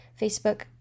Facebook